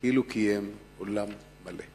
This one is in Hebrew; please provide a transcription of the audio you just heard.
כאילו קיים עולם מלא.